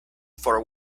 for